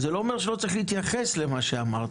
זה לא אומר שלא צריך להתייחס למה שאמרת,